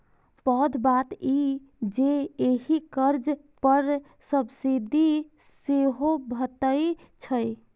पैघ बात ई जे एहि कर्ज पर सब्सिडी सेहो भैटै छै